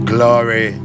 Glory